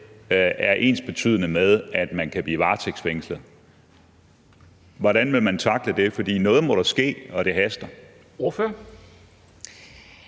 er ensbetydende med, at man kan blive varetægtsfængslet? Hvordan vil man tackle det? For noget må der ske – og det haster.